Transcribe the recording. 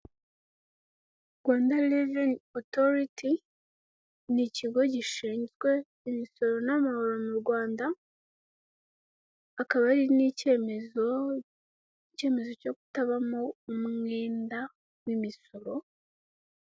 Rwanda Revenue Authority, ni ikigo gishinzwe imisoro n'amahoro mu Rwanda, akaba ari n'ikemezo cyo kutabamo umwenda w'imisoro.